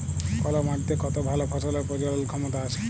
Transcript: call মাটিতে কত ভাল ফসলের প্রজলল ক্ষমতা আছে